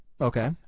Okay